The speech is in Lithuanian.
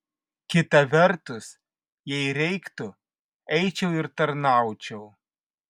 kita vertus jei reiktų eičiau ir tarnaučiau